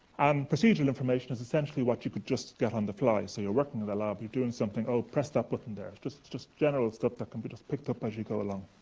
and procedural information is essentially what you could just get on the fly. so you're working in the lab, you're doing something, oh, press that button there. just just general stuff that can be just picked up as you go along.